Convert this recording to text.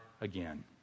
again